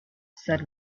said